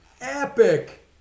epic